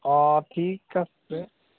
অঁ ঠিক আছে